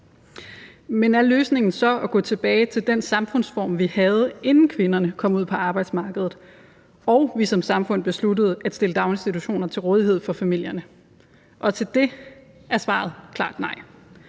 Men er løsningen så at gå tilbage til den samfundsform, vi havde, inden kvinderne kom ud på arbejdsmarkedet og vi som samfund besluttede at stille daginstitutioner til rådighed for familierne? Og til det er svaret klart nej.